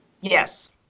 Yes